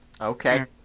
Okay